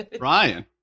Ryan